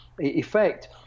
effect